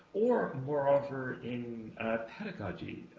or, moreover in pedagogy.